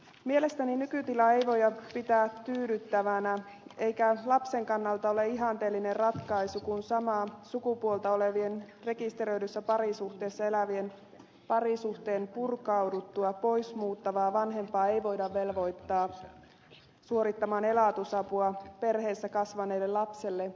mielestäni nykytilaa ei voida pitää tyydyttävänä eikä lapsen kannalta ole ihanteellinen ratkaisu kun samaa sukupuolta olevien rekisteröidyssä parisuhteessa elävien parisuhteen purkauduttua pois muuttavaa vanhempaa ei voida velvoittaa suorittamaan elatusapua perheessä kasvaneelle lapselle